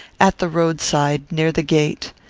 at the roadside, near the gate.